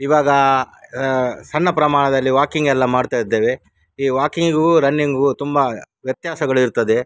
ಇವಾಗ ಸಣ್ಣ ಪ್ರಮಾಣದಲ್ಲಿ ವಾಕಿಂಗೆಲ್ಲ ಮಾಡ್ತಾ ಇದ್ದೇವೆ ಈ ವಾಕಿಂಗಿಗೂ ರನ್ನಿಂಗುಗೂ ತುಂಬ ವ್ಯತ್ಯಾಸಗಳು ಇರ್ತದೆ